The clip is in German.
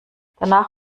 danach